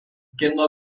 kino